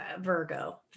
Virgo